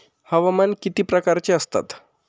हवामान किती प्रकारचे असतात?